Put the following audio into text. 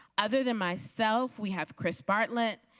other than myself we have chris bartlett,